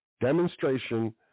demonstration